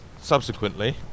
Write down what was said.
subsequently